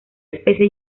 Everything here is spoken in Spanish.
especie